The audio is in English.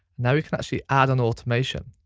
now we can actually add on automation.